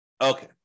Okay